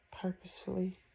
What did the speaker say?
Purposefully